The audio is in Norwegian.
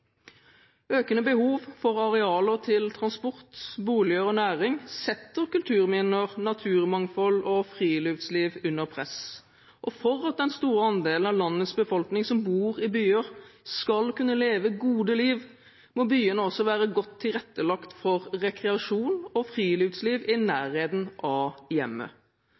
Økende behov for arealer til transport, boliger og næring setter kulturminner, naturmangfold og friluftsliv under press. For at den store andelen av landets befolkning som bor i byer, skal kunne leve gode liv, må byene også være godt tilrettelagt for rekreasjon og friluftsliv i nærheten av hjemmet.